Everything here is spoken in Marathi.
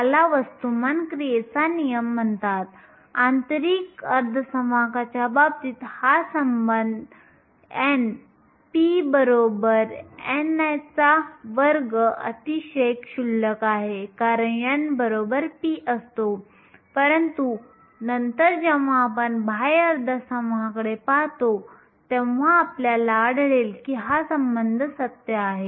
याला वस्तुमान क्रियेचा नियम म्हणतात आंतरिक अर्धसंवाहकाच्या बाबतीत हा संबंध n p ni2 अतिशय क्षुल्लक आहे कारण n p असतो परंतु नंतर जेव्हा आपण बाह्य अर्धसंवाहकांकडे पाहतो तेव्हा आपल्याला आढळेल की हा संबंध सत्य आहे